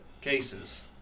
cases